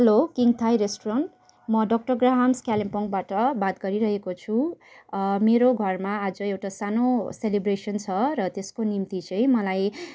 hello King Thai restaurant म doctor Graham's कालिम्पोङबाट बात गरिरहेको छु मेरो घरमा आज एउटा सानो सेलिब्रेसन छ र त्यसको निम्ति चाहिँ मलाई